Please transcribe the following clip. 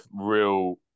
real